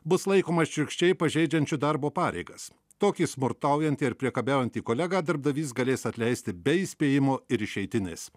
bus laikomas šiurkščiai pažeidžiančių darbo pareigas tokį smurtaujantį ar priekabiaujantį kolegą darbdavys galės atleisti be įspėjimo ir išeitinės